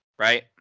right